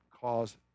cause